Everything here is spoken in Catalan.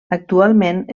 actualment